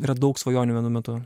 yra daug svajonių vienu metu